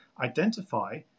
identify